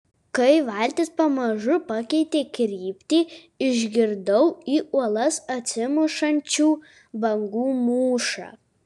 kai valtis pamažu pakeitė kryptį išgirdau į uolas atsimušančių bangų mūšą